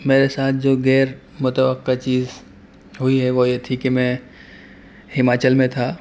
میرے ساتھ جو غیر متوقع چیز ہوئی ہے وہ یہ تھی کہ میں ہماچل میں تھا